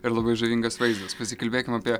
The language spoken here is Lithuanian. ir labai žavingas vaizdas pasikalbėkim apie